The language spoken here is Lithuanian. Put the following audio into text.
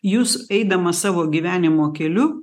jūs eidamas savo gyvenimo keliu